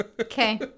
Okay